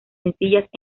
sencillas